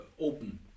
open